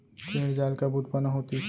ऋण जाल कब उत्पन्न होतिस?